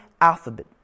alphabet